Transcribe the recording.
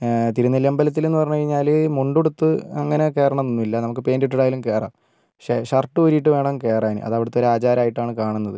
തിരുനെല്ലി അമ്പലത്തിൽ എന്ന് പറഞ്ഞു കഴിഞ്ഞാൽ മുണ്ടുടുത്ത് അങ്ങനെ കേറണമെന്നില്ല നമുക്ക് പാന്റ് ഇട്ടിട്ടായാലും കയറാം പക്ഷേ ഷർട്ട് ഊരിയിട്ട് വേണം കയറാൻ അത് അവിടുത്തെ ഒരാചാരമായിട്ടാണ് കാണുന്നത്